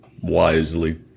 wisely